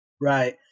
Right